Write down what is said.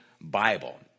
Bible